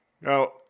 Now